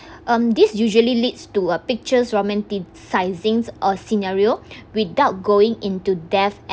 um these usually leads to a pictures romanticizing or scenario without going into depth